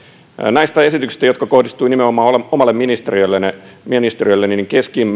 näistä esityksistä jotka kohdistuivat nimenomaan omalle ministeriölleni